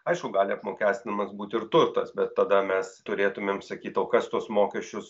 aišku gali apmokestinamas būt ir turtas bet tada mes turėtumėm sakyt o kas tuos mokesčius